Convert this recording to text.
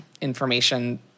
information